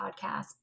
podcast